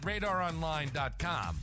RadarOnline.com